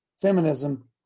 Feminism